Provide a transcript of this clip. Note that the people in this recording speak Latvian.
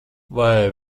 vai